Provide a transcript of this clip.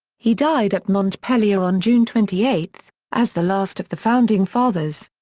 he died at montpelier on june twenty eight, as the last of the founding fathers.